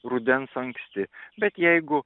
rudens anksti bet jeigu